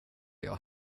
jag